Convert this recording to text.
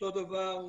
אותו דבר,